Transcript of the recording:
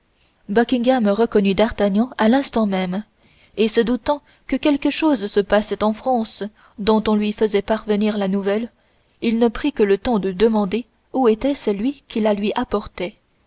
buckingham reconnut d'artagnan à l'instant même et se doutant que quelque chose se passait en france dont on lui faisait parvenir la nouvelle il ne prit que le temps de demander où était celui qui la lui apportait